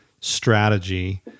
Strategy